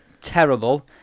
terrible